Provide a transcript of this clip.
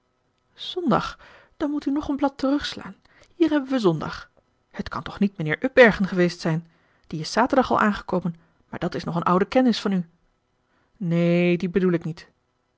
zondag dan moet u nog een blad terugslaan hier hebben wij zondag het kan toch niet mijnheer upbergen geweest zijn die is zaterdag al aangekomen maar dat is nog een oude kennis van u neen dien bedoel ik niet